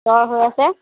জ্বৰ হৈ আছে